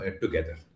together